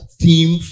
theme